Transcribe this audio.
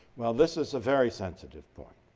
well this is a very sensitive point.